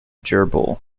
gerbil